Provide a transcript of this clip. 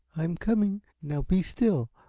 i'm coming, now be still.